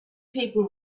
people